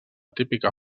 típica